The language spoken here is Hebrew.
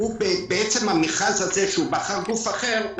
בעצם המכרז הזה בו הוא בחר גוף אחר,